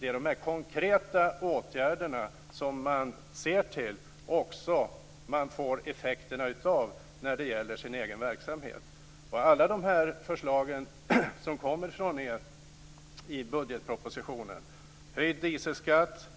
De ser till de konkreta åtgärderna, som de får effekter av när det gäller deras egen verksamhet. Alla de förslag som kommer från er i budgetpropositionen - höjd dieselskatt,